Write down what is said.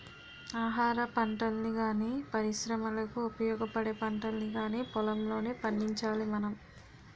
ఆహారపంటల్ని గానీ, పరిశ్రమలకు ఉపయోగపడే పంటల్ని కానీ పొలంలోనే పండించాలి మనం